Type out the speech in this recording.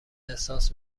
احساس